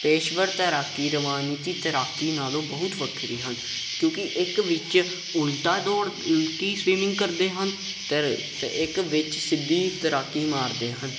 ਪੇਸ਼ਵਰ ਤੈਰਾਕੀ ਰਵਾਨੀਤੀ ਤੈਰਾਕੀ ਨਾਲ਼ੋਂ ਬਹੁਤ ਵੱਖਰੀ ਹਨ ਕਿਉਂਕਿ ਇੱਕ ਵਿੱਚ ਉਲਟਾ ਦੌੜ ਉਲਟੀ ਸਵਿਮਿੰਗ ਕਰਦੇ ਹਨ ਅਤੇ ਅਤੇ ਇੱਕ ਵਿੱਚ ਸਿੱਧੀ ਤੈਰਾਕੀ ਮਾਰਦੇ ਹਨ